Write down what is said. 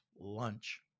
lunch